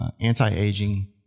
anti-aging